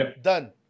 done